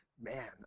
man